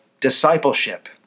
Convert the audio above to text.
discipleship